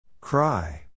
Cry